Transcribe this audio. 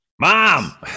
Mom